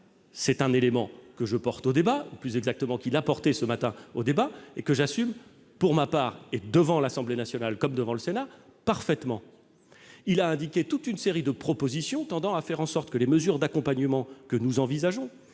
C'est un élément que je porte au débat ou, plus exactement, qu'il a porté ce matin au débat et que j'assume pour ma part parfaitement, devant l'Assemblée nationale comme devant le Sénat. Il a formulé toute une série de propositions tendant à ce que les mesures d'accompagnement que nous envisageons